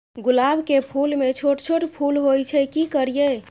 गुलाब के फूल में छोट छोट फूल होय छै की करियै?